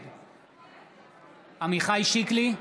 נגד עמיחי שיקלי,